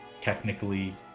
technically